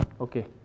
okay